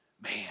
man